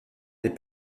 des